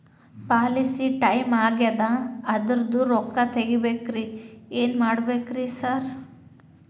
Policy time ಆಗ್ಯಾದ ಅದ್ರದು ರೊಕ್ಕ ತಗಬೇಕ್ರಿ ಏನ್ ಮಾಡ್ಬೇಕ್ ರಿ ಸಾರ್?